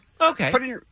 Okay